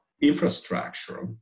infrastructure